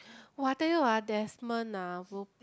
!wah! I tell you ah Desmond ah who